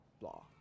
blah